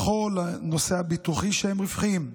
בכל הנושא הביטוחי שהם רווחיים.